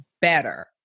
better